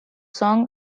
song